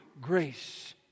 grace